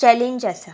challenge आसा